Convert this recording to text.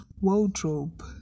wardrobe